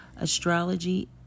Astrology